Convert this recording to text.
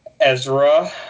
ezra